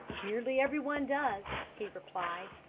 nearly everyone does, he replied,